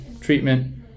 treatment